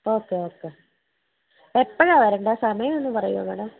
okay okay എപ്പഴാണ് വരണ്ടത് സമയം ഒന്ന് പറയുവോ മേഡം